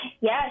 Yes